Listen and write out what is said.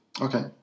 okay